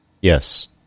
Yes